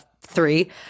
three